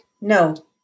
No